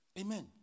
Amen